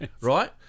Right